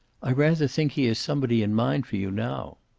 i rather think he has somebody in mind for you now.